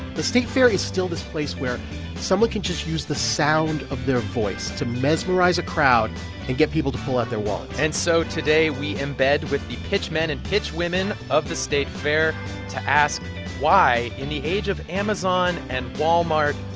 the state fair is still this place where someone can just use the sound of their voice to mesmerize a crowd and get people to pull out their wallets and so today we embed with the pitchmen and pitchwomen of the state fair to ask why, in the age of amazon and walmart,